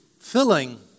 filling